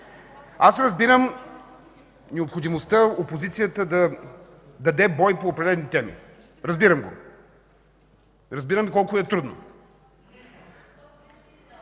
Аз разбирам необходимостта опозицията да даде вой по определени теми. Разбирам го. Разбирам и колко е трудно.